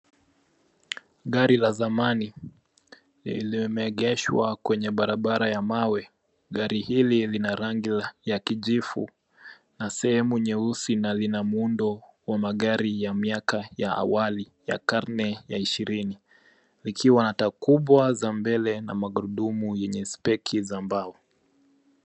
Gari la zamani limeegeshwa kwenye barabara ya mawe. Gari hili lina rangi ya kijivu na sehemu nyeusi na lina muundo wa magari ya miaka ya awali ya karne ya ishirini likiwa na taa kubwa za mbele na magurudumu yenye speki za mbao.